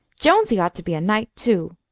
jonesy ought to be a knight, too.